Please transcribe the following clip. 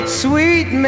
sweet